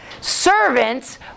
servants